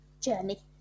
journey